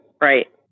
Right